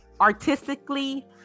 artistically